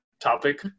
topic